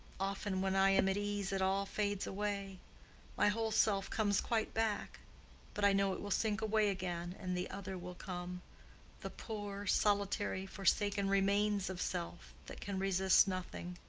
often when i am at ease it all fades away my whole self comes quite back but i know it will sink away again, and the other will come the poor, solitary, forsaken remains of self, that can resist nothing.